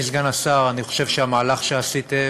אדוני סגן השר, אני חושב שהמהלך שעשיתם